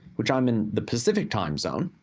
which i am in the pacific time zone.